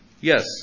Yes